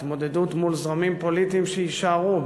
ההתמודדות מול זרמים פוליטיים שיישארו,